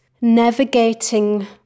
navigating